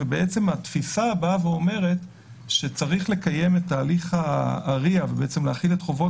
והתפיסה אומרת שצריך לקיים את הליך ה-RIA ולהחיל את חובות